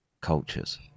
cultures